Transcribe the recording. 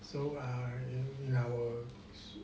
so ah in our